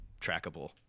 trackable